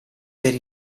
per